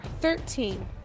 Thirteen